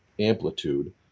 Amplitude